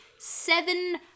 seven